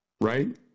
right